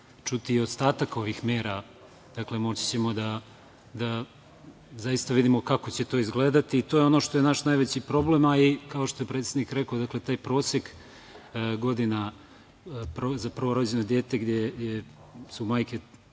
čuti i ostatak ovih mera. Moći ćemo da zaista vidimo kako će to izgledati i to je ono što je naš najveći problem, a kao što je i predsednik rekao, taj prosek godina za prvorođeno dete gde su majke